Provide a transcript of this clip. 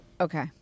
Okay